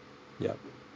yup